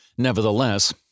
Nevertheless